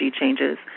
changes